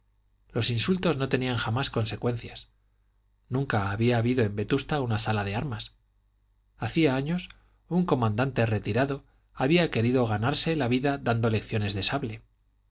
los insultos no tenían jamás consecuencias nunca había habido en vetusta una sala de armas hacía años un comandante retirado había querido ganarse la vida dando lecciones